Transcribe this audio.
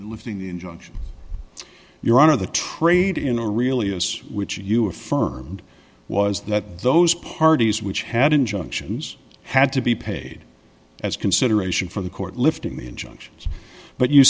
lifting the injunction your honor the trade in a really is which you affirmed was that those parties which had injunctions had to be paid as consideration for the court lifting the injunction but you